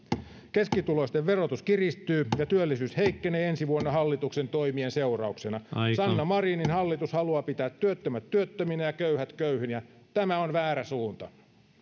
keskituloisten verotus kiristyy ja työllisyys heikkenee ensi vuonna hallituksen toimien seurauksena sanna marinin hallitus haluaa pitää työttömät työttöminä ja köyhät köyhinä tämä on väärä suunta